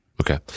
okay